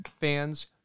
fans